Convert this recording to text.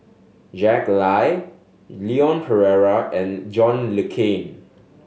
Jack Lai Leon Perera and John Le Cain